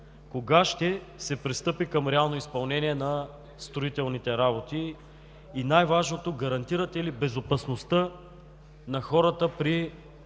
кога ще се пристъпи към реално изпълнение на строителните работи и най-важното – гарантирате ли безопасността на хората при